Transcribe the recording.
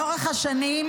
לאורך השנים,